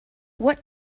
what